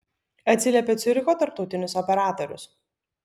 atsiliepė ciuricho tarptautinis operatorius